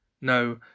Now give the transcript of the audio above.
No